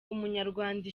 umunyarwanda